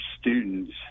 students